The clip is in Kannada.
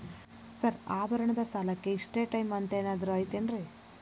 ಸರ್ ಆಭರಣದ ಸಾಲಕ್ಕೆ ಇಷ್ಟೇ ಟೈಮ್ ಅಂತೆನಾದ್ರಿ ಐತೇನ್ರೇ?